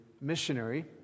missionary